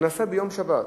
זה נעשה ביום שבת.